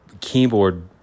keyboard